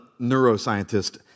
neuroscientist